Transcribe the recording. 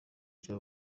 cya